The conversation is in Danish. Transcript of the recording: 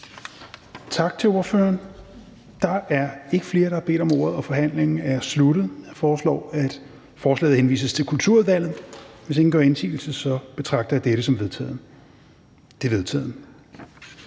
til ministeren. Da der ikke er flere, som har bedt om ordet, er forhandlingen sluttet. Jeg foreslår, at lovforslaget henvises til Erhvervsudvalget. Hvis ingen gør indsigelse, betragter jeg dette som vedtaget. Det er vedtaget.